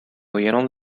huyeron